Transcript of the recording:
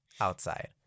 outside